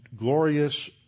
glorious